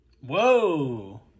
Whoa